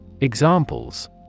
Examples